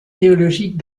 théologiques